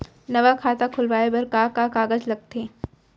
नवा खाता खुलवाए बर का का कागज लगथे?